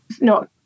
no